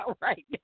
right